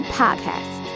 podcast